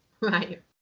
Right